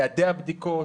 יעדי הבדיקות,